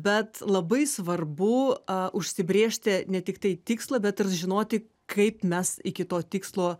bet labai svarbu užsibrėžti ne tiktai tikslą bet ir žinoti kaip mes iki to tikslo